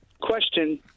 Question